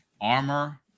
armor